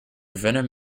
venom